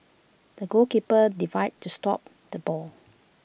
the goalkeeper divide to stop the ball